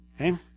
Okay